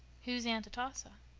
who is aunt atossa?